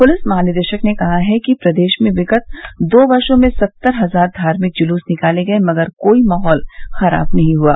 police महानिदेशक ने कहा कि प्रदेश में विगत दो वर्षो में सत्तर हजार धार्मिक जुलूस निकाले गये मगर कोई माहौल खराब नहीं हुआ